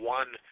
one